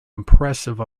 impressive